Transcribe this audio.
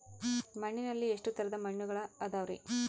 ಮಣ್ಣಿನಲ್ಲಿ ಎಷ್ಟು ತರದ ಮಣ್ಣುಗಳ ಅದವರಿ?